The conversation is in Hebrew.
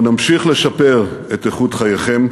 אנחנו נמשיך לשפר את איכות חייכם,